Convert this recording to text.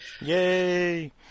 Yay